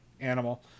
animal